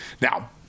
Now